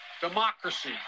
Democracy